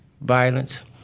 violence